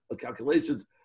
calculations